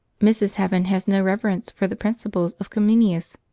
mrs. heaven has no reverence for the principles of comenius,